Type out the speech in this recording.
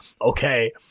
okay